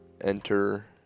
enter